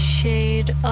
shade